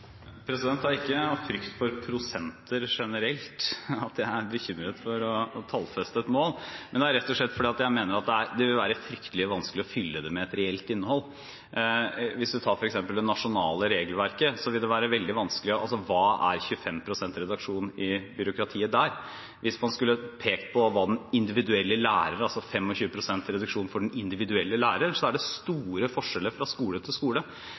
Det er ikke av frykt for prosenter generelt at jeg er bekymret for å tallfeste et mål, men det er rett og slett fordi jeg mener at det vil være fryktelig vanskelig å fylle det med et reelt innhold. Hvis man tar f.eks. det nasjonale regelverket, vil det være veldig vanskelig – hva er 25 pst. reduksjon i byråkratiet der? Hvis man skulle pekt på 25 pst. reduksjon for den individuelle lærer, så er det store forskjeller fra skole til skole,